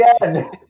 again